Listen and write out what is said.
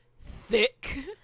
Thick